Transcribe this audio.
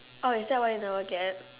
oh is that why you never get